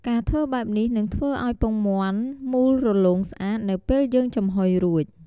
ការធ្វើបែបនេះនឹងធ្វើឲ្យពងមាន់មូលរលោងស្អាតនៅពេលយើងចំហុយរួច។